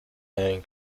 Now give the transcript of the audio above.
einen